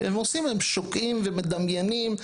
הם שוקעים ומדמיינים.